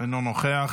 אינו נוכח,